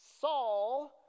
Saul